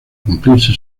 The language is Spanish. cumplirse